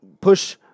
push